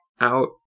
out